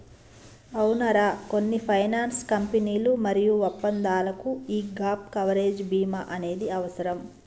అవునరా కొన్ని ఫైనాన్స్ కంపెనీలు మరియు ఒప్పందాలకు యీ గాప్ కవరేజ్ భీమా అనేది అవసరం